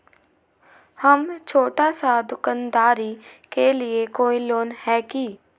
हम छोटा सा दुकानदारी के लिए कोई लोन है कि?